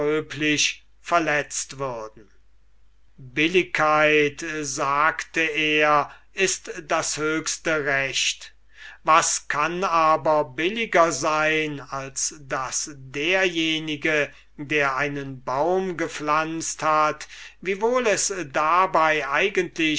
verletzt würden billigkeit sagte er ist das höchste recht was kann aber billiger sein als daß derjenige der einen baum gepflanzet hat wiewohl es dabei eigentlich